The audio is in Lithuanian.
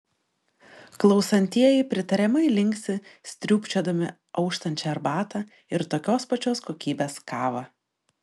klausantieji pritariamai linksi sriūbčiodami auštančią arbatą ir tokios pačios kokybės kavą